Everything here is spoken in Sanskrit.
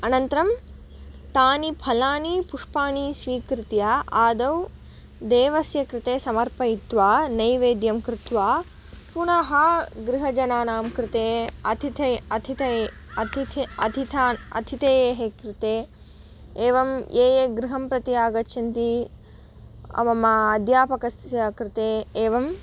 अनन्तरं तानि फलानि पुष्पाणि स्वीकृत्य आदौ देवस्य कृते समर्पयित्वा नैवेद्यं कृत्वा पुनः गृहजनानां कृते अथिति अथिते अतिथी अतिथान् अथितेः कृते एवं ये ये गृहं प्रति आगच्छन्ति मम अद्यापकस्य कृते एवं